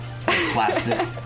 Plastic